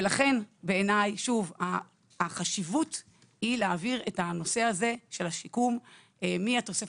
לכן בעיני החשיבות היא להעביר את נושא השיקום מהתוספת